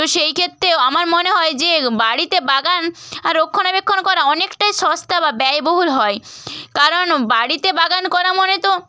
তো সেই ক্ষেত্রে আমার মনে হয় যে বাড়িতে বাগান রক্ষণাবেক্ষণ করা অনেকটাই সস্তা বা ব্যয় বহুল হয় কারণ বাড়িতে বাগান করা মানে তো